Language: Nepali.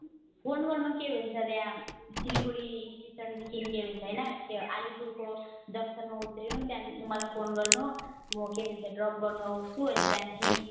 फोन गर्नु के भन्छ अँ यहाँ सिलगढी स्टेसनदेखि के भन्छ होइन त्यो अलिपुरको जक्सनमा उत्रिनु त्यहाँदेखि मलाई फोन गर्नु म के भन्छ ड्रप गर्नु आउँछु अनि त्यहाँदेखि